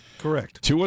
Correct